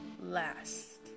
last